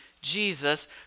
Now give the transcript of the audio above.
jesus